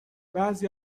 بعضی